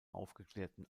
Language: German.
aufgeklärten